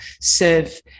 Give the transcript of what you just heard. serve